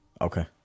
Okay